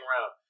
round